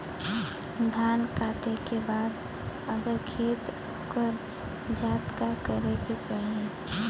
धान कांटेके बाद अगर खेत उकर जात का करे के चाही?